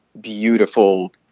beautiful